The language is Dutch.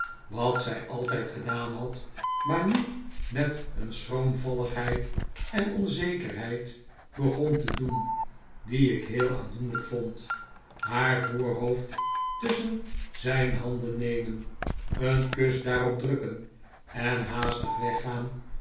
wat zij altijd gedaan had r maar nu met een schroomvalligheid en onzekerheid begon te doen die ik heel aandoenlijk vond haar voorhoofd tusschen zijn handen nemen een kus daarop drukken en haastig weggaan